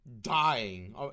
dying